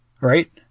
right